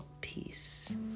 peace